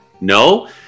No